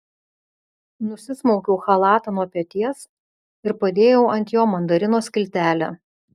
nusismaukiau chalatą nuo peties ir padėjau ant jo mandarino skiltelę